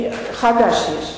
חדש יש.